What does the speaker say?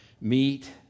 meet